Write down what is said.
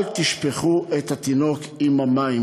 אל תשפכו את התינוק עם המים,